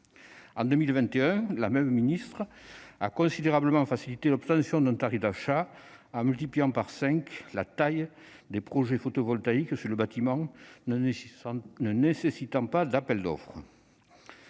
En 2021, la même ministre a considérablement facilité l'obtention d'un tarif d'achat, en multipliant par cinq la taille des projets photovoltaïques sur bâtiments ne nécessitant pas d'appel d'offres.